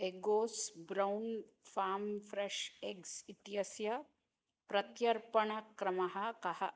Eggoz brown farm fresh eggs इत्यस्य प्रत्यर्पणक्रमः कः